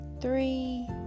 three